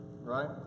right